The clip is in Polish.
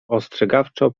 ostrzegawczo